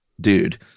dude